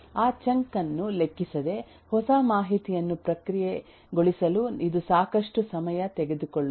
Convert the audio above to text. ಆ ಚಂಕ್ ಅನ್ನು ಲೆಕ್ಕಿಸದೆ ಹೊಸ ಮಾಹಿತಿಯನ್ನು ಪ್ರಕ್ರಿಯೆಗೊಳಿಸಲು ಇದು ಸಾಕಷ್ಟು ಸಮಯ ತೆಗೆದುಕೊಳ್ಳುತ್ತದೆ